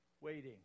waiting